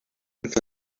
que